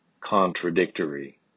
contradictory